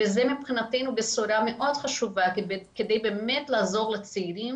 וזו מבחינתנו בשורה חשובה מאוד כדי באמת לעזור לצעירים